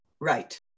Right